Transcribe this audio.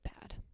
bad